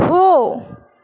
हो